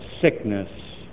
sickness